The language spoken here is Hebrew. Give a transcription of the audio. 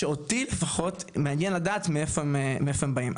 שאותי לפחות מעניין לדעת מאיפה הם באים.